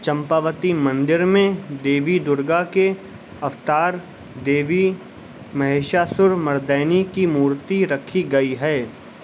چمپاوتی مندر میں دیوی درگا کے اوتار دیوی مہیشاسرمردینی کی مورتی رکھی گئی ہے